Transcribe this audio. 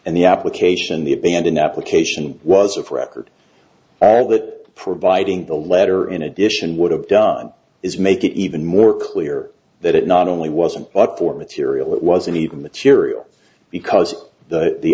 and the application the abandon application was of record that providing the letter in addition would have done is make it even more clear that it not only wasn't but for material it wasn't even material because the